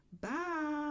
Bye